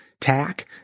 tack